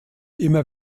immer